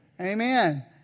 Amen